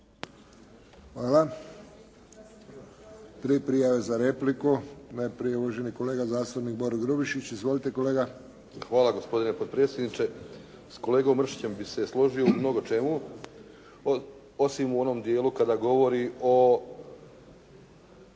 Hvala. Tri prijave za repliku. Najprije uvaženi kolega zastupnik Boro Grubišić. Izvolite kolega. **Grubišić, Boro (HDSSB)** Hvala gospodine potpredsjedniče. S kolegom Mršićem bih se složio u mnogo čemu osim u onom dijelu kada govori o